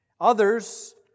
Others